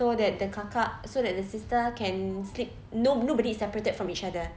so that the kakak so that the sister can sleep no nobody is separated from each other